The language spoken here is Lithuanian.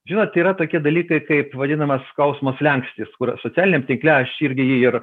žinot yra tokie dalykai kaip vadinamas skausmo slenkstis kur socialiniam tinkle aš irgi jį ir